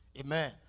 amen